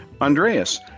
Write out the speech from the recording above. Andreas